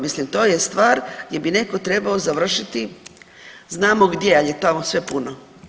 Mislim to je stvar gdje bi neko trebao završiti, znamo gdje, ali tamo je sve puno.